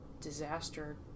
disaster